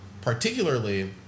particularly